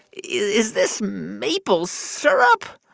is this maple syrup?